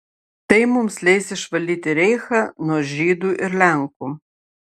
tai mums leis išvalyti reichą nuo žydų ir lenkų